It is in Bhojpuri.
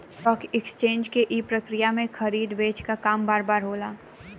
स्टॉक एकेसचेंज के ई प्रक्रिया में खरीदे बेचे क काम बार बार होला